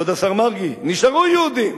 והם נשארו יהודים.